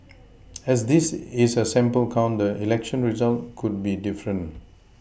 as this is a sample count the election result could be different